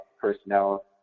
personnel